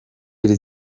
iri